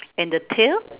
and the tail